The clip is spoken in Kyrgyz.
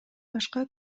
башка